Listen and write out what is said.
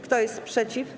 Kto jest przeciw?